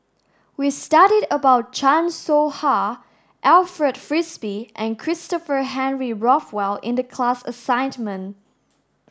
we studied about Chan Soh Ha Alfred Frisby and Christopher Henry Rothwell in the class assignment